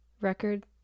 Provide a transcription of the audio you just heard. record